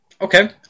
Okay